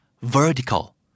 vertical